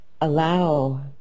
allow